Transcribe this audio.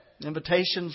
invitations